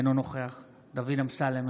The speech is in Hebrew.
אינו נוכח דוד אמסלם,